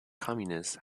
communists